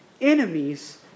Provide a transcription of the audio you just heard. enemies